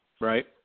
Right